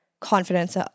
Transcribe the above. Confidence